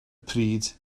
pryd